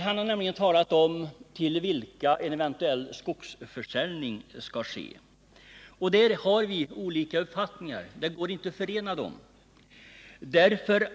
Han har nämligen talat om till vilka en eventuell skogsförsäljning skall ske. Där har vi olika uppfattningar som inte går att förena.